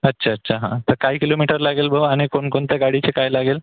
अच्छा अच्छा हा तर काय किलोमीटर लागेल बुवा आणि कोणकोणत्या गाडीचे काय लागेल